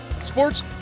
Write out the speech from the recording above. sports